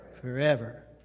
forever